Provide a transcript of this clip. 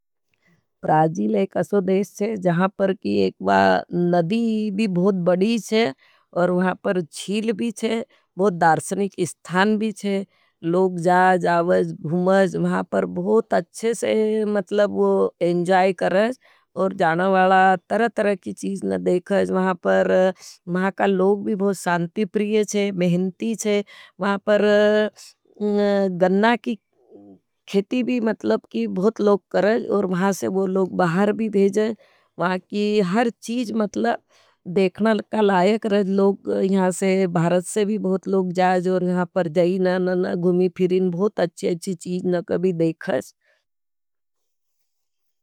प्राजील एक असो देश है, जहांपर की एक ब नदी भोत बड़ी है और वहाँ पर छील भी है। बहुत दार्शनिक इस्थान भी है, लोग जा, जावज, घुमज, वहाँ पर बहुत अच्छे से मतलब वो एंजाई करेंज। ओर जानवाला तरतरे की चीजं नदेखह। वहाँ पर महाकाल लोग भी बोग शांति प्रिय वेहाँ हैं। मेहनती हैं, वहाँ पर गन्ना की खेती भी मतलब बहुत लोग करेज, और वहाँ से वो लोग बाहर भी भेजेज। वहां की हर चीज मतलब देखना का लायक रहे लोग, यहाँ से, भारत से भी बहुत लोग जाजो। महाँ पर गईना नाना गुमी फिरीन बहुत अच्छी अच्छी चीज न कभी देखाईश।